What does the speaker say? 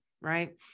right